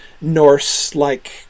Norse-like